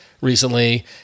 recently